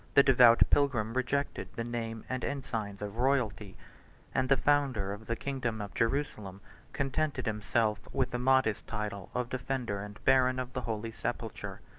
the devout pilgrim rejected the name and ensigns of royalty and the founder of the kingdom of jerusalem contented himself with the modest title of defender and baron of the holy sepulchre.